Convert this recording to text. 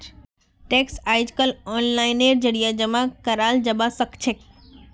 tax अइजकाल ओनलाइनेर जरिए जमा कराल जबा सखछेक